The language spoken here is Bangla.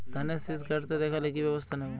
ধানের শিষ কাটতে দেখালে কি ব্যবস্থা নেব?